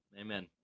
Amen